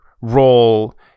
role